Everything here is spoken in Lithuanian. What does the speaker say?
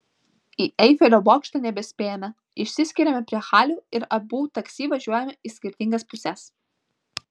į eifelio bokštą nebespėjame išsiskiriame prie halių ir abu taksi važiuojame į skirtingas puses